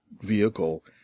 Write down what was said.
vehicle